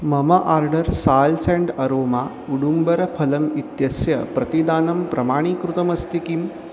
मम order salts and aroma उडुम्बरफलम् इत्यस्य प्रतिदानं प्रमाणीकृतमस्ति किम्